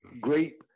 great